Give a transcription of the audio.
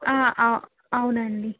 అవునండి